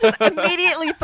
immediately